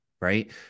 right